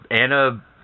Anna